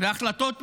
ובהחלטות ממשלה,